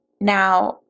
Now